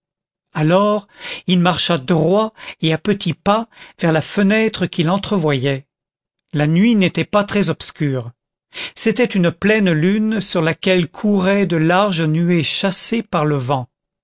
alors il marcha droit et à petits pas vers la fenêtre qu'il entrevoyait la nuit n'était pas très obscure c'était une pleine lune sur laquelle couraient de larges nuées chassées par le vent